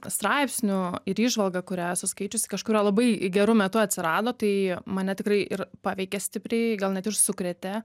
straipsniu ir įžvalga kurią esu skaičiusi kažkurio labai geru metu atsirado tai mane tikrai ir paveikė stipriai gal net ir sukrėtė